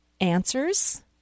answers